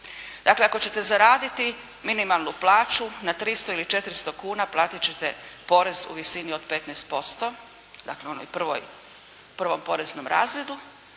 Dakle ako ćete zaraditi minimalnu plaću na 300 ili 400 kuna platit ćete porez u visini od 15%. Dakle u onoj prvoj, prvom poreznom razredu.